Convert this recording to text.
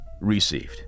received